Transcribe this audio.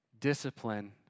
discipline